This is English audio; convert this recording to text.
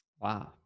Wow